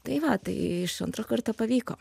tai va tai iš antro karto pavyko